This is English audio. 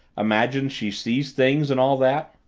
imagines she sees things, and all that?